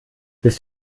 bist